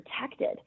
protected